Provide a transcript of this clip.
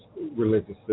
religious